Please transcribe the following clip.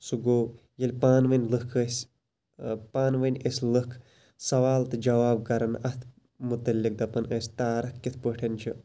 سُہ گوٚو ییٚلہِ پانہٕ ؤنۍ لُکھ ٲسۍ پانہٕ ؤنۍ ٲسۍ لُکھ سَوال تہٕ جَواب کَران اتھ مُتعلِق دَپان ٲسۍ تارَک کِتھ پٲٹھۍ چھِ